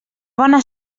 bona